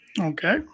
Okay